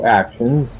actions